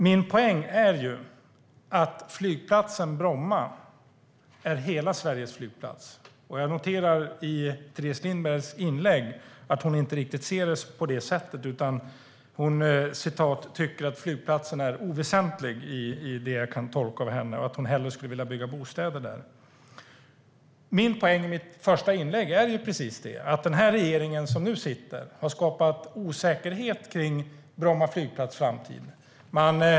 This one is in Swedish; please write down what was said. Min poäng är att Bromma flygplats är hela Sveriges flygplats. Jag noterar i Teres Lindbergs inlägg att hon inte riktigt ser det på det sättet utan tycker att flygplatsen är oväsentlig och att hon hellre skulle vilja bygga bostäder där. Det är så jag tolkar henne. Poängen i mitt första inlägg var just att den här regeringen har skapat osäkerhet kring Bromma flygplats framtid.